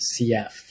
CF